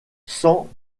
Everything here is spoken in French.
sans